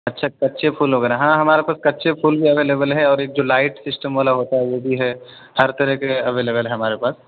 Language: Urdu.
اچھا کچے پھول وغیرہ ہاں ہمارے پاس کچے پھول بھی اویلیبل ہے اور ایک جو لائٹ سسٹم والا ہوتا ہے وہ بھی ہے ہر طرح کے اویلیبل ہیں ہمارے پاس